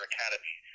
Academy